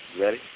Ready